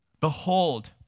behold